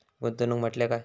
गुंतवणूक म्हटल्या काय?